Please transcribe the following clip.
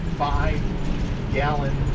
five-gallon